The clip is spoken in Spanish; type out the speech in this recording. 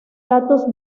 datos